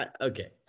Okay